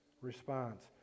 response